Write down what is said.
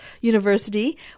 University